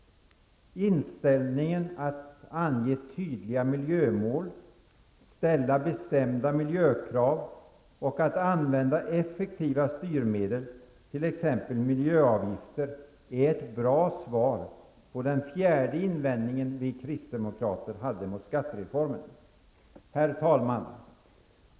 Inställningen att ange tydliga miljömål, ställa bestämda miljökrav och att använda effektiva styrmedel, t.ex. miljöavgifter, är ett bra svar på den fjärde invändningen vi kristdemokrater hade mot skattereformen. Herr talman!